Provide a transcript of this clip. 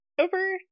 over